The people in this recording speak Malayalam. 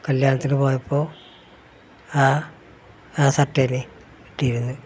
കല്യാണത്തിനു പോയപ്പോൾ ആ ആ ഷർട്ടാണ് ഇട്ടിരുന്നത്